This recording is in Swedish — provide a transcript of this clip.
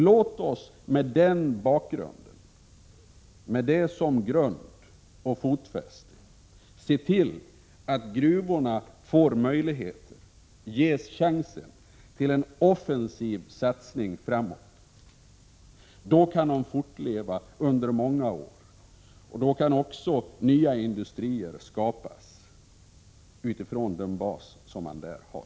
Låt oss mot den bakgrunden, med det som grund och fotfäste, se till att gruvorna får möjligheter, ges chansen till en offensiv satsning framåt. Då kan de fortleva under många år, och då kan också nya industrier skapas utifrån den bas som man där har.